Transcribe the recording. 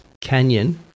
Canyon